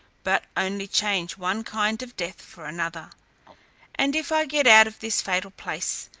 but only change one kind of death for another and if i get out of this fatal place,